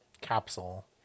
capsule